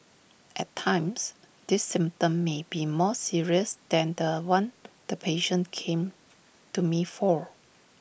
at times this symptom may be more serious than The One the patient came to me for